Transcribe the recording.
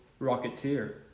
Rocketeer